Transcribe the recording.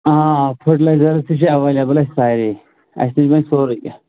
آ آ فٔٹلایزٲرٕس تہِ چھِ اَویلیٚبٕل اَسہِ ساریٚے اَسہِ نِش بَنہِ سورُے کیٚنٛہہ